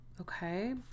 okay